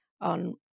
on